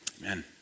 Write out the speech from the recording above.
Amen